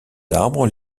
arbres